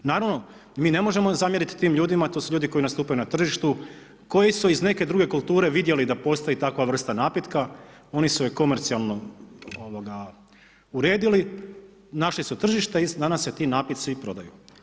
Naravno, mi ne možemo zamjeriti tim ljudima, to su ljudi koji nastupaju na tržištu, koji su iz neke druge kulture vidjeli da postoji takva vrsta napitka, oni su je komercijalno uredili, našli su tržište i danas se ti napici prodaju.